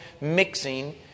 mixing